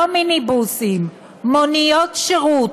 לא מיניבוסים, מוניות שירות,